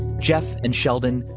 jeff and sheldon,